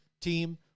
team